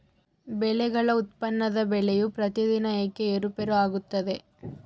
ಬೆಳೆಗಳ ಉತ್ಪನ್ನದ ಬೆಲೆಯು ಪ್ರತಿದಿನ ಏಕೆ ಏರುಪೇರು ಆಗುತ್ತದೆ?